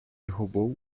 roubou